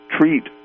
treat